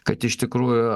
kad iš tikrųjų